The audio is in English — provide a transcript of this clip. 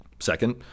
Second